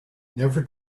never